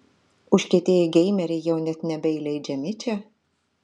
užkietėję geimeriai jau net nebeįleidžiami čia